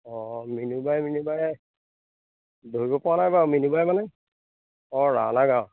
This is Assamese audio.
অঁ মিনুবাই মিনুবাই ধৰিব পৰা নাই বাৰু মিনুবাই মানে অঁ ৰাওনা গাঁও